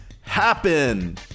happen